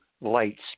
lights